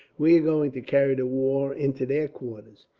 we are going to carry the war into their quarters.